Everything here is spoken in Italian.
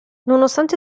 nonostante